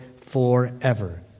forever